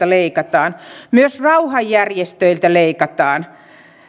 leikataan myös rauhanjärjestöiltä leikataan